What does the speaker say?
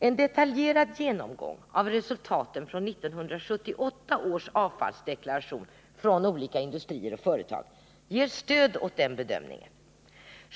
En detaljerad genomgång av resultaten av 1978 års riktade avfallsdeklaration från olika industrier och företag ger stöd åt denna bedömning.